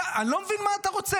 אתה, אני לא מבין מה אתה רוצה.